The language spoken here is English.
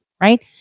Right